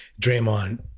Draymond